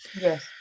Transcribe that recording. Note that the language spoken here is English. yes